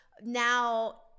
now